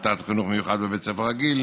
כיתת חינוך מיוחד בבית ספר רגיל